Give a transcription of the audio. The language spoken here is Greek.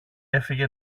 έφυγε